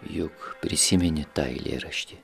juk prisimeni tą eilėraštį